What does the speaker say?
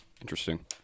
Interesting